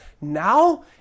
Now